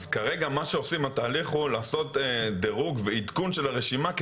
לכן כרגע עושים דירוג ועדכון של הרשימה,